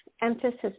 emphasis